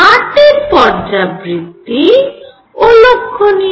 8 এর পর্যাবৃত্তি ও লক্ষ্যনীয়